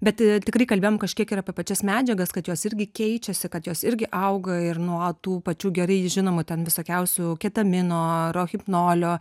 bet tikrai kalbėjom kažkiek ir apie pačias medžiagas kad jos irgi keičiasi kad jos irgi auga ir nuo tų pačių gerai žinomų ten visokiausių ketamino rohipnolio